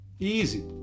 easy